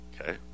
Okay